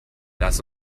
lass